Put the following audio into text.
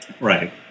Right